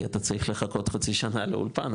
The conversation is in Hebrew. כי אתה צריך לחכות חצי שנה לאולפן,